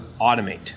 automate